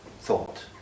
thought